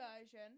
version